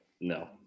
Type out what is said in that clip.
No